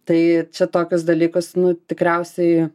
tai čia tokius dalykus nu tikriausiai